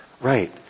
right